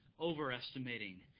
overestimating